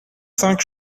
cinq